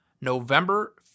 November